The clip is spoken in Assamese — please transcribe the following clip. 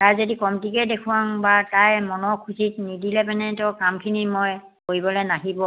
তাই যদি কমটিকে দেখুৱাওঁ বা তাই মনৰ খুচিত নিদিলে পেনে ধৰ কামখিনি মই কৰিবলে নাহিব